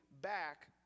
back